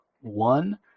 one